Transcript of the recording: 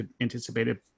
anticipated